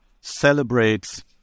celebrates